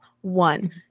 one